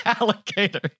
alligator